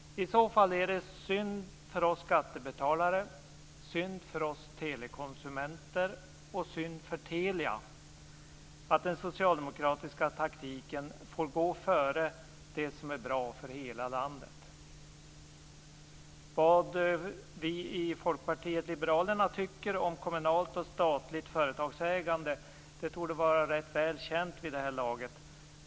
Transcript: I så fall är det synd för oss skattebetalare, synd för oss telekonsumenter och synd för Telia att den socialdemokratiska taktiken får gå före det som är bra för hela landet. Vad vi i Folkpartiet liberalerna tycker om kommunalt och statligt företagsägande torde vara rätt välkänt vid det här laget.